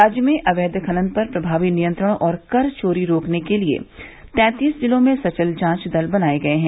राज्य में अवैध खनन पर प्रभावी नियंत्रण और कर चोरी रोकने के लिये तैंतीस जिलों में सचल जांच दल बनाये गये हैं